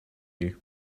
you